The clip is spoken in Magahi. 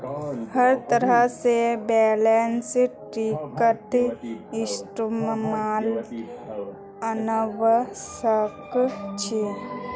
हर तरह से बैलेंस शीटक इस्तेमालत अनवा सक छी